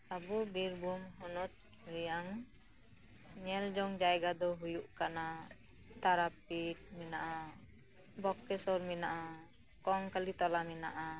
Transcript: ᱟᱵᱩ ᱵᱤᱨᱵᱷᱩᱢ ᱦᱚᱱᱚᱛ ᱨᱮᱭᱟᱝ ᱧᱮᱞᱡᱚᱝ ᱡᱟᱭᱜᱟ ᱫᱚ ᱦᱩᱭᱩᱜ ᱠᱟᱱᱟ ᱛᱟᱨᱟᱯᱤᱴ ᱢᱮᱱᱟᱜᱼᱟ ᱵᱚᱠᱠᱮᱥᱚᱨ ᱢᱮᱱᱟᱜᱼᱟ ᱠᱚᱝᱠᱟᱞᱤ ᱛᱚᱞᱟ ᱢᱮᱱᱟᱜᱼᱟ